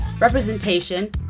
representation